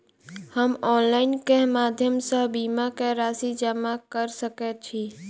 हम ऑनलाइन केँ माध्यम सँ बीमा केँ राशि जमा कऽ सकैत छी?